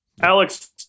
Alex